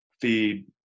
feed